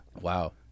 Wow